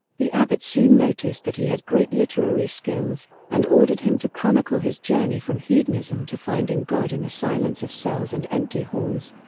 the abbot soon noticed that he had great literary skills and ordered him to chronicle his journey from hedonism to finding god in the silence of cells and empty halls.